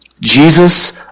Jesus